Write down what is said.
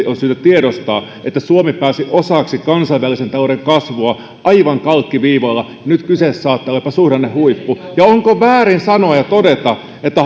on syytä tiedostaa että suomi pääsi osaksi kansainvälisen talouden kasvua aivan kalkkiviivoilla ja nyt kyseessä saattaa olla jopa suhdannehuippu ja onko väärin sanoa ja todeta että